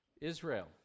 Israel